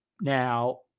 Now